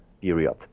period